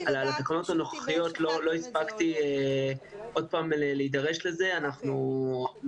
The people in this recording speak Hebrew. הנוכחיות לא הספקתי להידרש לזה פעם נוספת.